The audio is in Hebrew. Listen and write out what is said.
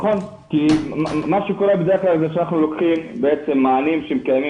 כי מה שקורה בדרך כלל זה שאנחנו לוקחים בעצם מענים שהם קיימים